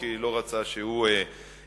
כי הוא לא רצה שהוא יתפטר.